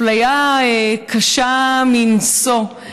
אפליה קשה מנשוא.